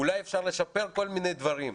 אולי אפשר לשפר כל מיני דברים.